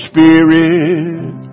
Spirit